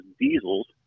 diesels